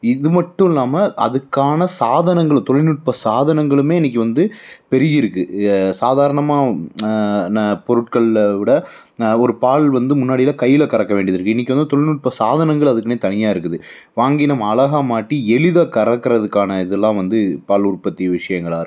இது மட்டும் இல்லாமல் அதுக்கான சாதனங்களும் தொழில்நுட்ப சாதனங்களுமே இன்றைக்கி வந்து பெருகி இருக்குது சாதாரணமாக ன பொருட்களில் விட ஒரு பால் வந்து முன்னாடி எல்லாம் கையில் கறக்க வேண்டியது இருக்குது இன்றைக்கி வந்து தொழில்நுட்ப சாதனங்கள் அதுக்குன்னே தனியாக இருக்குது வாங்கி நம்ம அழகா மாட்டி எளிதாக கறக்கறதுக்கான இதெலாம் வந்து பால் உற்பத்தி விஷயங்களா இருக்கட்டும்